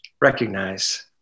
recognize